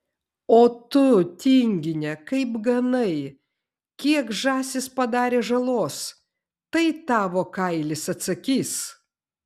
o tu tingine kaip ganai kiek žąsys padarė žalos tai tavo kailis atsakys